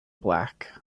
black